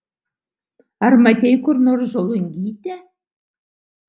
ar matei kur nors žolungytę